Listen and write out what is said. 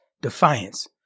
defiance